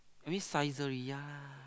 I mean Saizeriya